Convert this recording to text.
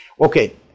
Okay